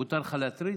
מותר לך להטריד?